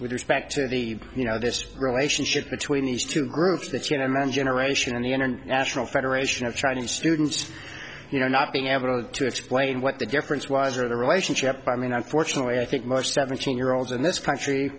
with respect to the you know this relationship between these two groups that you know men generation in the international federation of chinese students you know not being able to explain what the difference was or their relationship i mean unfortunately i think most seventeen year olds in this country